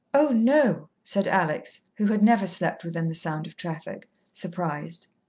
oh, no, said alex who had never slept within the sound of traffic surprised.